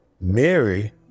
Mary